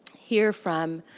hear from,